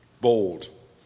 bold